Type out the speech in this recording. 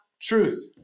truth